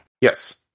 Yes